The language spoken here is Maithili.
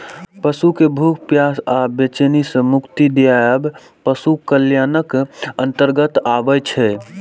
पशु कें भूख, प्यास आ बेचैनी सं मुक्ति दियाएब पशु कल्याणक अंतर्गत आबै छै